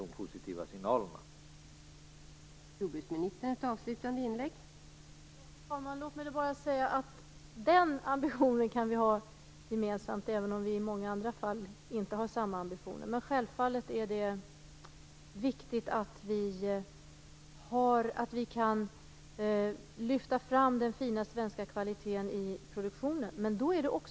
De positiva signalerna behövs.